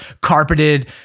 carpeted